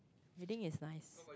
reading is nice